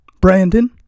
Brandon